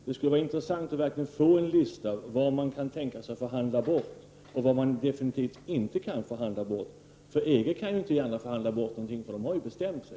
Det skulle vara intressant att verkligen få en lista över vad man kan tänka sig att förhandla bort och vad man definitivt inte kan tänka sig att förhandla bort. EG kan ju inte gärna förhandla bort något, eftersom man där redan har bestämt sig.